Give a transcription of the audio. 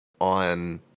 On